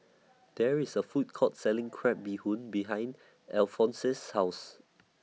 There IS A Food Court Selling Crab Bee Hoon behind Alphonse's House